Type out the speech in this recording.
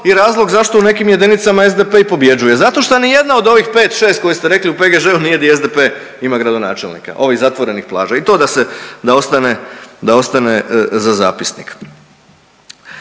i razlog zašto u nekim jedinicama SDP i pobjeđuje. Zato što ni jedna od ovih 5-6 koje ste rekli u PGŽ-u nije di SDP ima gradonačelnika ovih zatvorenih plaža. I to da se, da ostane za zapisnik.